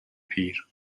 پیر